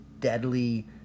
deadly